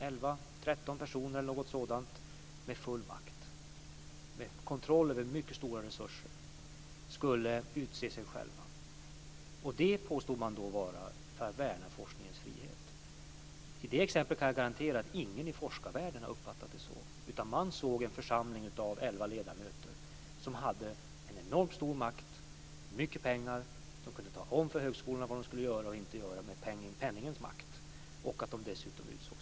11-13 personer med full makt och kontroll över mycket stora resurser skulle utse sig själva. Det påstod man var för att värna forskningens frihet. I det exemplet kan jag garantera att ingen i forskarvärlden har uppfattat det så. Man såg en församling av 11 ledamöter med enormt stor makt, mycket pengar, som kunde med hjälp av penningens makt tala om för högskolorna vad de skulle göra och inte göra. De utsåg dessutom sig själva.